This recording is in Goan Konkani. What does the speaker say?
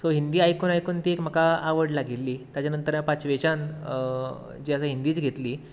सो हिंदी आयकून आयकून ती म्हाका आवड लागिल्ली ताज्या नंतर हांवें पांचवेच्यान जे हिंदीच घेतली